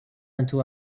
into